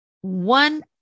one